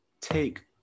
take –